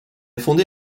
fondé